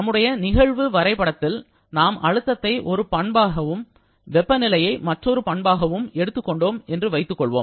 நம்முடைய நிகழ்வு வரைபடத்தில் நாம் அழுத்தத்தை ஒரு பண்பாகும் வெப்பநிலையை மற்றொரு பண்பாகவும் எடுத்துக்கொண்டோம் என்று வைத்துக்கொள்வோம்